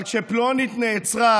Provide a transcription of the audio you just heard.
אבל כשפלונית נעצרה,